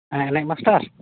ᱦᱮᱸ ᱮᱱᱮᱡ ᱢᱟᱥᱴᱟᱨ